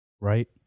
right